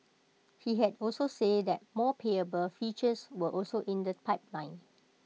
he had also said that more payable features were also in the pipeline